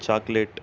chocolate